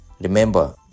Remember